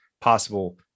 possible